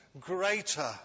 greater